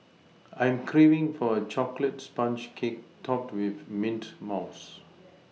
I am craving for a chocolate sponge cake topped with mint mousse